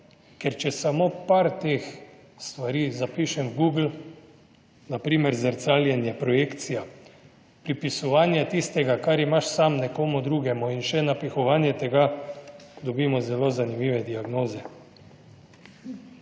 ker če samo par teh stvari zapišem v Google, na primer zrcaljenje, projekcija, pripisovanje tistega, kar imaš sam, nekomu drugemu in še napihovanje tega, dobimo zelo zanimive diagnoze.